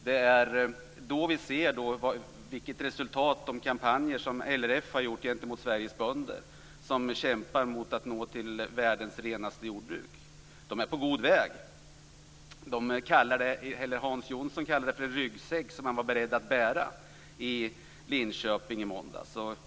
Det är då vi ser resultaten av de kampanjer som LRF har gentemot Sveriges bönder som nu kämpar för att nå till världens renaste jordbruk. De är på god väg. Hans Jonsson i Linköping kallade det i måndags för en ryggsäck som man är beredd att bära.